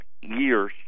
years